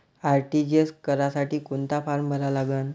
RTGS करासाठी कोंता form भरा लागन?